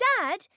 Dad